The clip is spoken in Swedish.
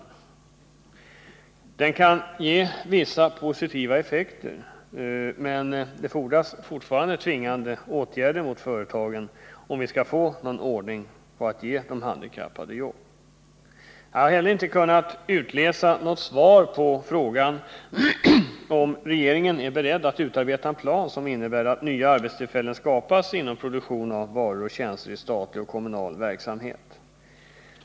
Kampanjen kan ge vissa positiva effekter, men det fordras fortfarande tvingande åtgärder mot företagen, om vi skall få någon ordning på detta att ge de handikappade jobb. Jag har heller inte av interpellationssvaret kunnat utläsa något svar på frågan om regeringen är beredd att utarbeta en plan som innebär att nya arbetstillfällen skapas inom produktion av varor och tjänster i statlig och kommunal verksamhet.